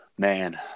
Man